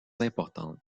importantes